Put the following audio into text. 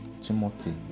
Timothy